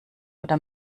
oder